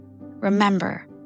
Remember